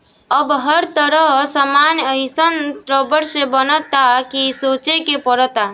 अब त हर सामान एइसन रबड़ से बनता कि सोचे के पड़ता